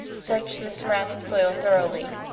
searched the surrounding soil thoroughly,